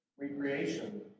Recreation